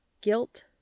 Guilt